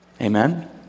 Amen